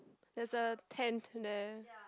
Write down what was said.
there's a tent there